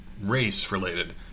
race-related